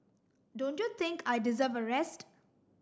don't you think I deserve a rest